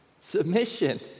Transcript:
submission